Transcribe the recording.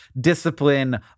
discipline